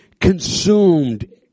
consumed